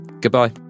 Goodbye